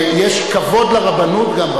יש כבוד לרבנות גם.